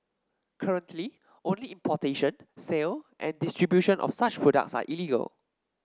currently only importation sale and distribution of such products are illegal